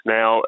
Now